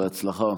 בהצלחה.